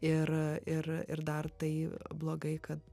ir ir ir dar tai blogai kad